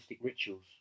rituals